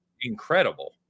incredible